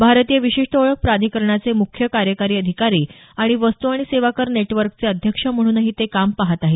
भारतीय विशिष्ठ ओळख प्राधिकरणाचे मुख्य कार्यकारी अधिकारी आणि वस्तू आणि सेवा कर नेटवर्कचे अध्यक्ष म्हणूनही ते काम पाहत आहेत